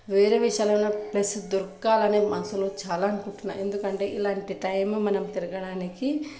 వేరే విశాలమైన ప్లేస్ దొరకాలని మనసులో చాలా అనుకుంటున్నా ఎందుకంటే ఇలాంటి టైం మనం తిరగడానికి